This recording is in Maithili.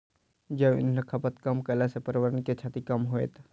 जैव इंधनक खपत कम कयला सॅ पर्यावरण के क्षति कम होयत